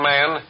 Man